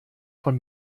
von